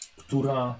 która